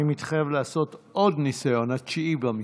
אני מתחייב לעשות עוד ניסיון, התשיעי במספר.